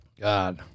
God